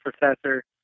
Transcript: professor